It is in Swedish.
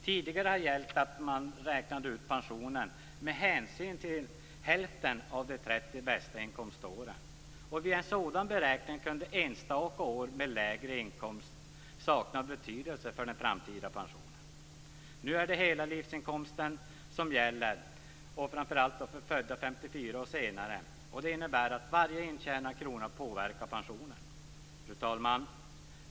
Tidigare har gällt att man räknade ut pensionen med hänsyn till hälften av de 30 bästa inkomståren. Vid en sådan beräkning kunde enstaka år med lägre inkomst sakna betydelse för den framtida pensionen. Nu är det hela livsinkomsten som gäller, framför allt för dem som är födda 1954 och senare. Det innebär att varje intjänad krona påverkar pensionen. Fru talman!